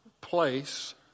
place